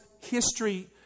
history